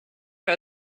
are